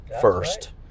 first